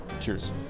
Cheers